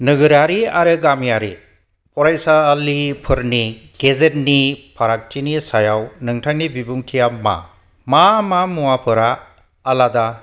नोगोरारि आरो गामियारि फरायसालिफोरनि गेजेरनि फारागथिनि सायाव नोंथांनि बिबुंथिया मा मा मा मुवाफोरा आलादा